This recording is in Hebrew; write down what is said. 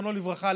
זיכרונו לברכה,